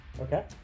Okay